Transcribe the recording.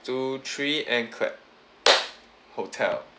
two three and clap hotel